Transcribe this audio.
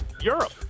Europe